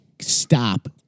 stop